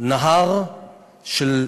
נהר שבו